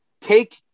take